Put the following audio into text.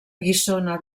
guissona